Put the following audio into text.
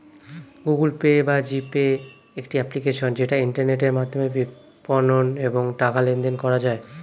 Google Pay বা G Pay একটি application যেটা ইন্টারনেটের মাধ্যমে বিপণন এবং টাকা লেনদেন করা যায়